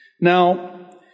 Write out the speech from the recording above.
Now